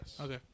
Okay